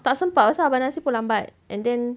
tak sempat lepas tu abang nasir pun lambat and then